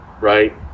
right